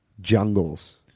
jungles